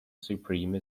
supreme